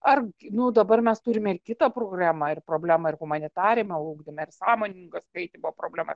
ar nu dabar mes turime ir kitą problemą ir problemą ir humanitariniame ugdyme ir sąmoningo skaitymo problemą